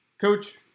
Coach